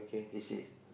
it says